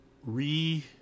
Re